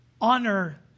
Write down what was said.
honor